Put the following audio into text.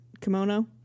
kimono